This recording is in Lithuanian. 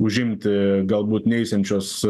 užimti galbūt neisiančios